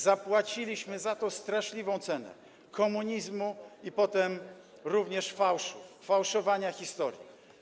Zapłaciliśmy za to straszliwą cenę - komunizmu i potem również fałszu, fałszowania historii.